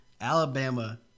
Alabama